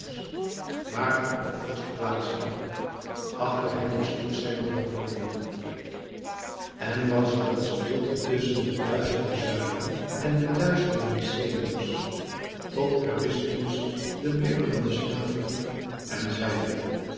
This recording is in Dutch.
waar op de vorst plaats nam achter hem de stoet zijner hovelingen en was er een stilte tusschen de duizende zuilen en de duizende mykenæërs tot eurystheus de bibberende stem verhief en hij zeide